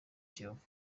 kiyovu